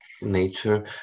nature